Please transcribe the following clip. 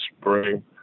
spring